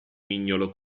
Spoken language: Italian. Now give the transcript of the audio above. mignolo